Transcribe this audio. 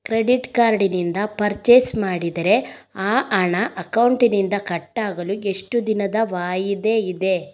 Credit card ನಿಂದ purchase ಮಾಡಿದರೆ ಆ ಹಣ ಅಕೌಂಟಿನಿಂದ ಕಟ್ ಆಗಲು ಎಷ್ಟು ದಿನದ ವಾಯಿದೆ ಇದೆ?